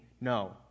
no